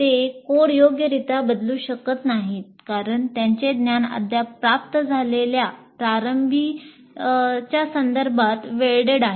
ते कोड योग्यरित्या बदलू शकत नाहीत कारण त्यांचे ज्ञान अद्याप प्राप्त झालेल्या प्रारंभीच्या संदर्भात वेल्डेड आहे